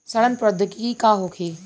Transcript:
सड़न प्रधौगिकी का होखे?